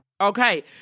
okay